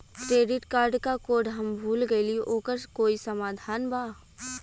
Credit card क code हम भूल गइली ओकर कोई समाधान बा?